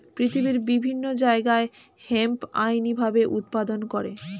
পৃথিবীর বিভিন্ন জায়গায় হেম্প আইনি ভাবে উৎপাদন করে